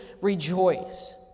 rejoice